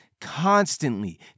constantly